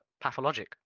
Pathologic